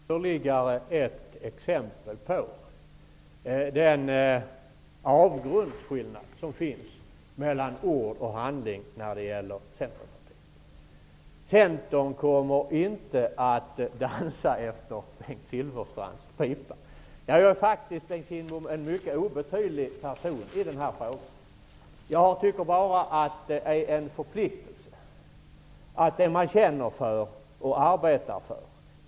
Fru talman! Detta är ytterligare ett exempel på den avgrundsdjupa skillnaden mellan ord och handling när det gäller Centerpartiet. Centern kommer inte att dansa efter Bengt Silfverstrands pipa, säger Bengt Kindbom. Jag är faktiskt en mycket obetydlig person i denna fråga. Jag tycker bara att det är en förpliktelse gentemot dem man känner för och arbetar för.